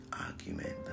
argument